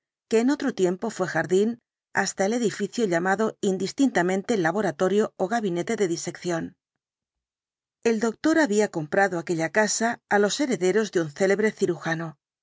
que en otro tiempo fué jardín hasta el edificio llamado indistintamente laboratorio ó gabinete de disección el doctor había comprado aquella casa álos herederos de un célebre cirujano